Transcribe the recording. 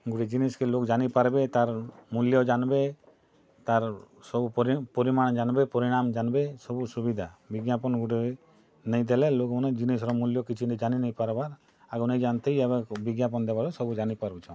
ଗୁଟେ ଜିନିଷ୍କେ୍ ଲୋକ୍ ଜାନିପାର୍ବେ ତା'ର୍ ମୁଲ୍ୟ ଜାନ୍ବେ ତା'ର୍ ସବୁ ପରିମାଣ୍ ଜାନ୍ବେ ପରିଣାମ୍ ଜାନ୍ବେ ସବୁ ସୁବିଧା ବିଜ୍ଞାପନ୍ ଗୁଟେ ନାଇଁ ଦେଲେ ଲୋକ୍ମନେ ଜିନିଷ୍ର ମୁଲ୍ୟ କିଛି ନାଇଁ ଜାନି ନାଇଁ ପାର୍ବାର୍ ନା ଆଗ ନାଇଁ ଜାନୁଥାଇ ଏବେ ବିଜ୍ଞାପନ୍ ଦେବାର୍ରୁ ସବୁ ଜାନିପାରୁଛନ୍